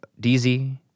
DZ